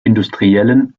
industriellen